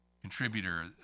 contributor